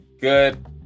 good